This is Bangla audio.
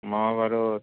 মহাভারত